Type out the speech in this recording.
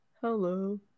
hello